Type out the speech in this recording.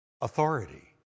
authority